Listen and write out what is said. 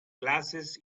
glasses